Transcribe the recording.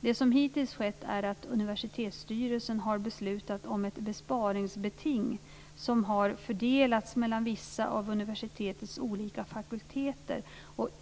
Det som hittills skett är att universitetsstyrelsen har beslutat om ett besparingsbeting, som har fördelats mellan vissa av universitetets olika fakulteter.